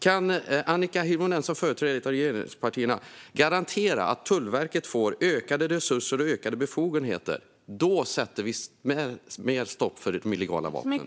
Kan Annika Hirvonen Falk, som företräder ett av regeringspartierna, garantera att Tullverket får ökade resurser och ökade befogenheter? Då sätter vi mer stopp för de illegala vapnen.